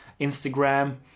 Instagram